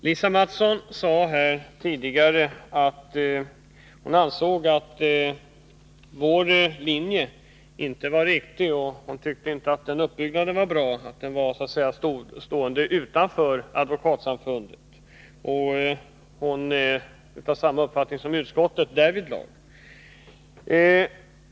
Lisa Mattson sade tidigare att hon ansåg att vår uppbyggnad med en nämnd stående utanför Advokatsamfundet inte var riktig. Hon var av samma uppfattning som utskottet därvidlag.